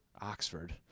oxford